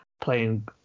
playing